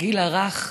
הגיל הרך,